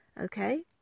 Okay